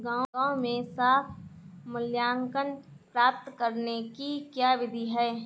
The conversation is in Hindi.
गाँवों में साख मूल्यांकन प्राप्त करने की क्या विधि है?